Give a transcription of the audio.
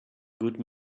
good